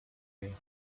mères